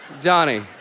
Johnny